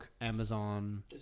Amazon